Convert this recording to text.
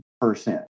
percent